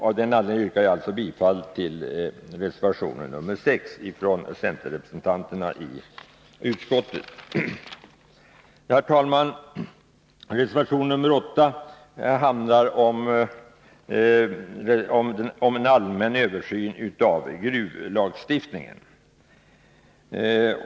Av den anledningen yrkar jag alltså bifall till reservation 6 i från centerrepresentanterna i utskottet. Reservation 8 handlar om en allmän översyn av gruvlagstiftningen.